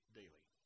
daily